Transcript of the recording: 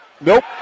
Nope